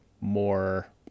more